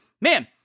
man